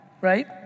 right